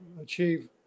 achieve